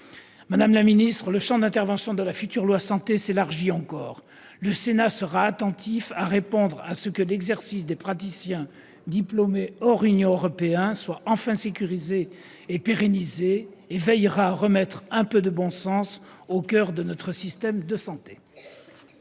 Madame la secrétaire d'État, le champ d'intervention du futur projet de loi Santé s'élargit encore ! Le Sénat veillera à ce que l'exercice des praticiens diplômés hors Union européenne soit enfin sécurisé et pérennisé. Il veillera à remettre un peu de bon sens au coeur de notre système de santé.